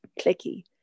clicky